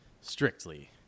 strictly